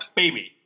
baby